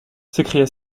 s’écria